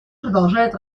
продолжает